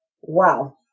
Wow